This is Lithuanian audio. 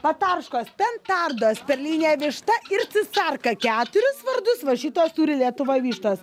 patarškos pentardos perlinė višta ir šarka keturis vardus va šitos turi lietuvoj vištos